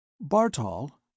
Bartol